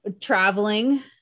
traveling